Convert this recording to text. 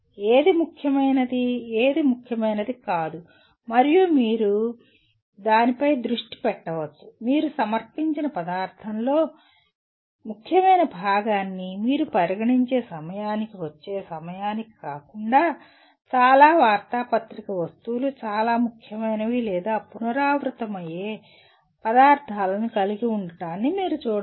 ఏది ముఖ్యమైనది ఏది ముఖ్యమైనది కాదు మరియు మీరు దానిపై దృష్టి పెట్టవచ్చు మీరు సమర్పించిన పదార్థంలో ముఖ్యమైన భాగాన్ని మీరు పరిగణించే సమయానికి వచ్చే సమయానికి కాకుండా చాలా వార్తాపత్రిక వస్తువులు చాలా ముఖ్యమైనవి లేదా పునరావృతమయ్యే పదార్థాలను కలిగి ఉండటాన్ని మీరు చూడవచ్చు